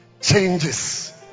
changes